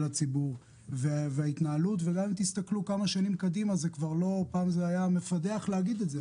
הציבור וגם אם תסתכלו כמה שנים קדימה פעם זה היה מפדח להגיד את זה,